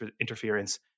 interference